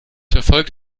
verfolgt